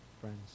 friends